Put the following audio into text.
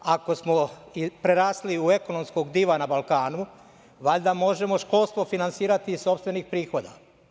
Ako smo prerasli u ekonomskog diva na Balkanu, valjda možemo školstvo finansirati iz sopstvenih prihoda.